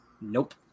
Nope